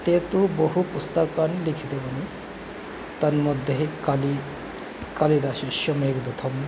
ते तु बहु पुस्तकानि लिखितवानिति तन् मध्ये कालि कालिदासस्य मेघदूतं